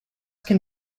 can